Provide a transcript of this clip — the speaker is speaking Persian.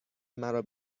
مرا